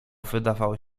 wydawał